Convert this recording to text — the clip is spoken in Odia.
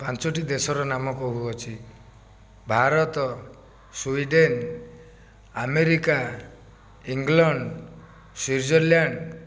ପାଞ୍ଚଟି ଦେଶର ନାମ କହୁଅଛି Bharat Sweden America England Switzerland